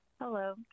Hello